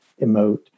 emote